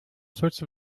sorts